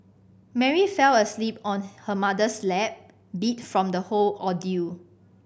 Mary fell asleep on her mother's lap beat from the whole ordeal